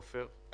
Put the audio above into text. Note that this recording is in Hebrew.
עופר,